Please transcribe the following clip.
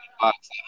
box